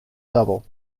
double